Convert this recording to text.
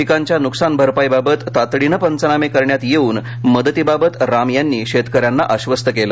पिकांच्या नुकसानभरपाई बाबत तातडीने पंचनामे करण्यात येवून मदतीबाबत राम यांनी शेतकऱ्यांना आश्वस्त केले